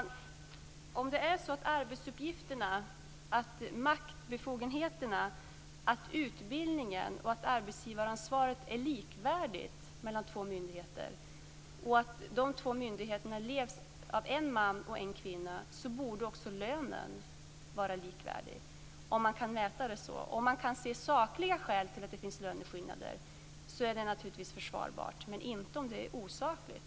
Fru talman! Om arbetsuppgifterna, maktbefogenheterna och utbildningskraven är likvärdiga och om man har samma arbetsgivaransvar på två myndigheter borde också lönen vara likvärdig, även om den ena myndigheten leds av en man och den andra av en kvinna. Jag vet inte om vi kan mäta det så. Om vi kan se sakliga skäl till att det finns löneskillnader är det naturligtvis försvarbart, men inte om det är osakligt.